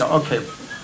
okay